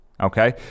Okay